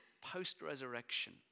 post-resurrection